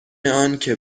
انکه